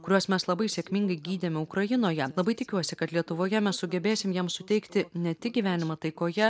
kuriuos mes labai sėkmingai gydėme ukrainoje labai tikiuosi kad lietuvoje mes sugebėsim jam suteikti ne tik gyvenimą taikoje